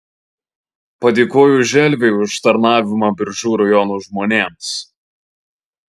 padėkojo želviui už tarnavimą biržų rajono žmonėms